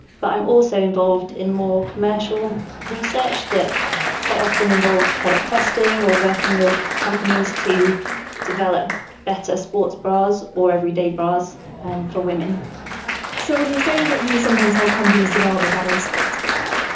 but i'm also involved in more commercial research that quite often involves product testing or working with companies to develop better sports bras or everyday bras for women so when you say that you sometimes help companies develop a better sports bra,